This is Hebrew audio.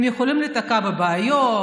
הם יכולים להיתקל בבעיות,